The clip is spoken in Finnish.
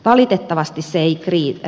valitettavasti se ei riitä